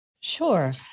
Sure